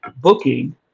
booking